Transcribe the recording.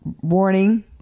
warning